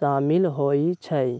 सम्मिल होइ छइ